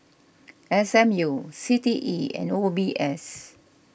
S M U C T E and O B S